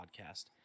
podcast